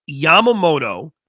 Yamamoto